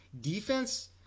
Defense